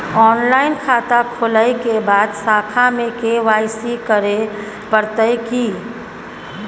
Online खाता खोलै के बाद शाखा में के.वाई.सी करे परतै की?